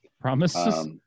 Promises